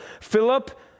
Philip